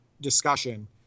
discussion